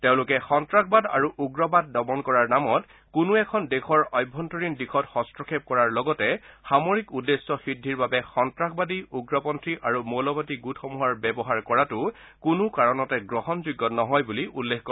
তেওঁলোকে সন্নাসবাদ আৰু উগ্ৱবাদ দমন কৰাৰ নামত কোনো এখন দেশৰ অভ্যন্তৰীণ দিশত হস্তক্ষেপ কৰাৰ লগতে সামৰিক উদ্দেশ্য সিদ্ধিৰ বাবে সন্তাসবাদী উগ্ৰপন্থী আৰু মৌলবাদী গোটসমূহ ব্যৱহাৰ কৰাটো কোনো কাৰণতে গ্ৰহণযোগ্য নহয় বুলি উল্লেখ কৰে